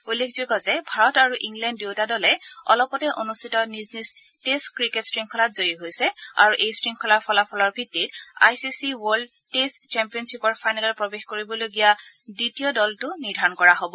উল্লেখযোগ্য যে ভাৰত আৰু ইংলেণ্ড দুয়োটা দলে অলপতে অনুষ্ঠিত নিজ নিজ টেষ্ট ক্ৰিকেট শৃংখলাত জয়ী হৈছে আৰু এই শৃংখলাৰ ফলাফলৰ ভিওিত I C C world test ছেম্পিয়নথিপৰ ফাইনেলত প্ৰৱেশ কৰিবলগীয়া দ্বিতীয় দলটো নিৰ্ধাৰণ হ'ব